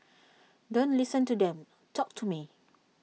don't listen to them talk to me